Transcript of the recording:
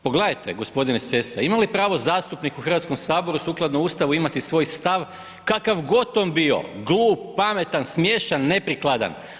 Pogledajte g. Sesa, ima li pravo zastupnik u Hrvatskom saboru sukladno Ustavu imati svoj stav kakav god on bio, glup, pametan, smiješan, neprikladan?